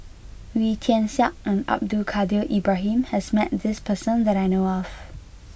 Wee Tian Siak and Abdul Kadir Ibrahim has met this person that I know of